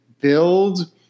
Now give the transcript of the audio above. build